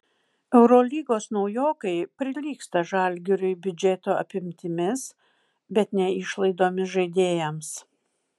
eurolygos naujokai prilygsta žalgiriui biudžeto apimtimis bet ne išlaidomis žaidėjams